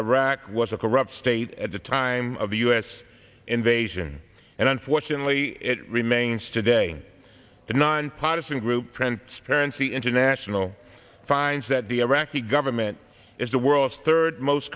iraq was a corrupt state at the time of the us invasion and unfortunately it remains today the nonpartisan group transparency international finds that the iraqi government is the world's third most